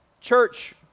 Church